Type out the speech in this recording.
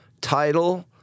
title